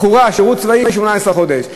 לכאורה שירות צבאי, 18 חודש.